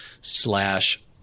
slash